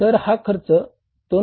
तर हा खर्च 2